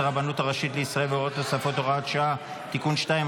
הרבנות הראשית לישראל והוראות נוספות) (הוראת שעה) (תיקון מס' 2),